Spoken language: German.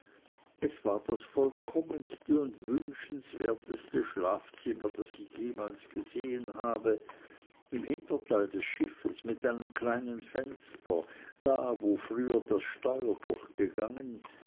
es war das vollkommenste und wünschenswerteste schlafzimmer das ich jemals gesehen habe im hinterteil des schiffes mit einem kleinen fenster da wo früher das steuer durchgegangen